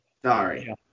sorry